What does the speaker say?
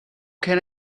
can